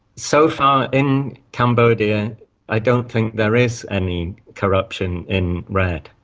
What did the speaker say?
so far in cambodia i don't think there is any corruption in redd,